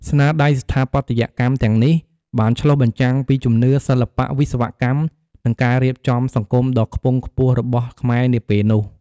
ស្នាដៃស្ថាបត្យកម្មទាំងនេះបានឆ្លុះបញ្ចាំងពីជំនឿ សិល្បៈ វិស្វកម្ម និងការរៀបចំសង្គមដ៏ខ្ពង់ខ្ពស់របស់ខ្មែរនាពេលនោះ។